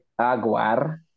Aguar